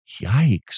Yikes